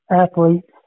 athletes